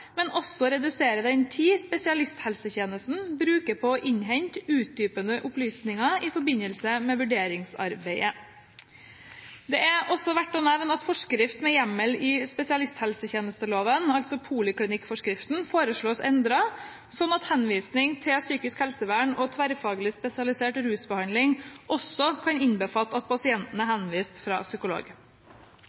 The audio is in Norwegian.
men også redusere den tid spesialisthelsetjenesten bruker på å innhente utdypende opplysninger i forbindelse med vurderingsarbeidet.» Det er også verdt å nevne at forskrift med hjemmel i spesialisthelsetjenesteloven – poliklinikkforskriften – foreslås endret, slik at henvisning til psykisk helsevern og tverrfaglig spesialisert rusbehandling også kan innbefatte at pasienten er henvist fra psykolog.